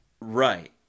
Right